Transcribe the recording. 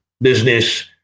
business